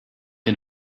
ihn